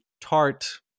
tart